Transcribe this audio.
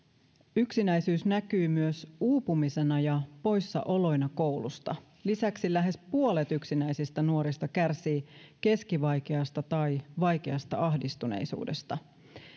yksinäisyys näkyy myös uupumisena ja poissaoloina koulusta lisäksi lähes puolet yksinäisistä nuorista kärsii keskivaikeasta tai vaikeasta ahdistuneisuudesta